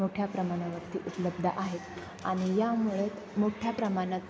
मोठ्या प्रमाणावरती उपलब्ध आहेत आणि यामुळे मोठ्या प्रमाणात